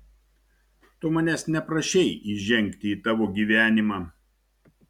tu manęs neprašei įžengti į tavo gyvenimą